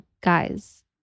Guys